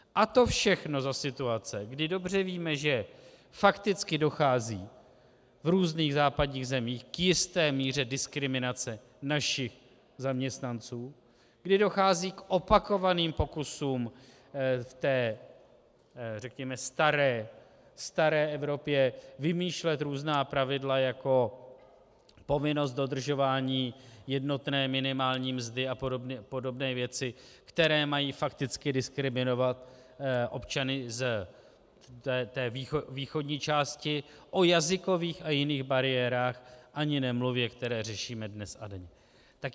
A to všechno za situace, kdy dobře víme, že fakticky dochází v různých západních zemích k jisté míře diskriminace našich zaměstnanců, kdy dochází k opakovaným pokusům v té řekněme staré Evropě vymýšlet různá pravidla, jako povinnost dodržování jednotné minimální mzdy a podobné věci, které mají fakticky diskriminovat občany z té východní části, o jazykových a jiných bariérách ani nemluvě, které řešíme dnes a denně.